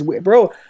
bro